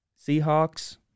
Seahawks